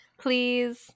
please